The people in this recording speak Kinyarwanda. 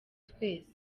twese